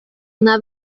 una